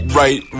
right